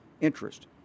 interest –